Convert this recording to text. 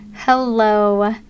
Hello